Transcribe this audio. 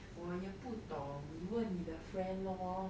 我也不懂你问你的 friend lor